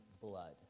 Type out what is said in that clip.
blood